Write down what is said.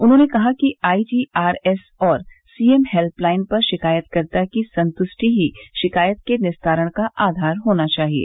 उन्होंने कहा कि आई जी आर एस और सीएम हेल्यलाइन पर शिकायतकर्ता की संतृष्टि ही शिकायत के निस्तारण का आधार होना चाहिए